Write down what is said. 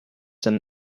than